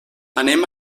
anem